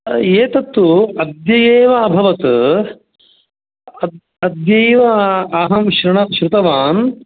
एतत् अद्य एव अभवत् अद्यैव अहं श्रुण श्रुतवान्